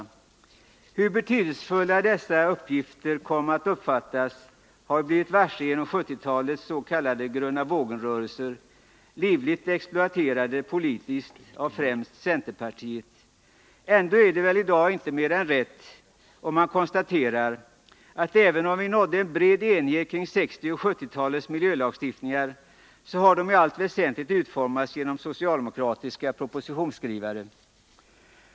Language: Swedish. Hur betydelsefulla dessa uppgifter kom att uppfattas har vi blivit varse genom 1970-talets s.k. gröna-vågen-rörelser, livligt exploaterade politiskt av främst centerpartiet. Ändå är det väl i dag inte mer än rätt om man konstaterar, att även om det nåddes en bred enighet kring 1960 och 1970-talens miljölagstiftningar, så har de i allt väsentligt utformats av socialdemokratiska propositionsskrivare.